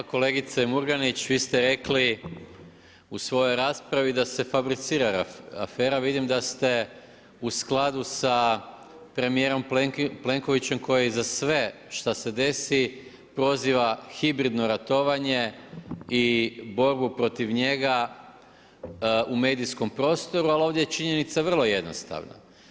Kolega Murganić, vi ste rekli u svojoj raspravi da se fabricira afera, vidim da ste u skladu sa premijerom Plenkovićem koji za sve šta se desi proziva hibridno ratovanje i borbu protiv njega u medijskom prostoru, ali ovdje je činjenica vrlo jednostavna.